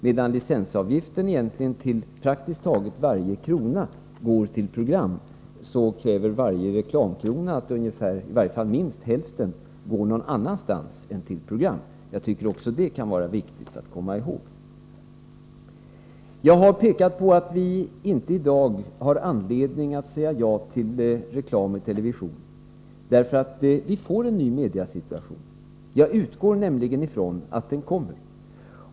Medan licensavgiften egentligen till praktiskt taget varje krona går till program, så går i varje fall minst hälften av varje reklamkrona någon annanstans än till program. Jag tycker att också det kan vara viktigt att komma ihåg. Jag har pekat på att vi inte i dag har anledning att säga ja till reklam i television, därför att vi får en ny mediasituation. Jag utgår nämligen ifrån att den kommer.